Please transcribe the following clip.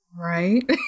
right